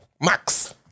max